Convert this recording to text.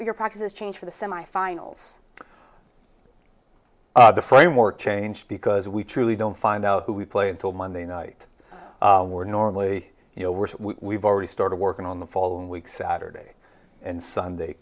your practices change for the semifinals the framework change because we truly don't find out who we play until monday night we're normally you know we've already started working on the following week saturday and sunday